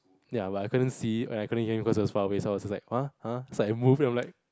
ya but I couldn't see and I couldn't even hear him so I was just like huh huh it's like a move here I'm like